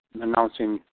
announcing